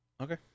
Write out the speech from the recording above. Okay